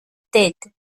tête